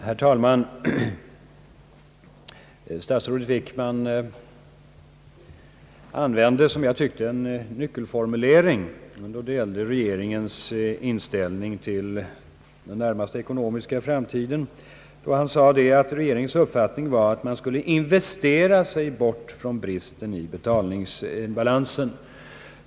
Herr talman! Statsrådet Wickman använde, som jag tyckte, en nyckelformulering beträffande regeringens inställning till den närmaste ekonomiska framtiden, då han sade att regeringens uppfattning var att man skulle »investera sig bort» från bristen i betalningsbalansen.